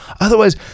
Otherwise